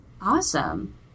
Awesome